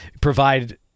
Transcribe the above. provide